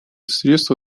средство